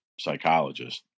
psychologist